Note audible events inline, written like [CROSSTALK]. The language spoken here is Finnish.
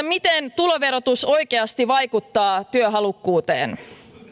[UNINTELLIGIBLE] miten tuloverotus oikeasti vaikuttaa työhalukkuuteen